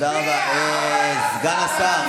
אתה רוצה את ההצעה הזאת?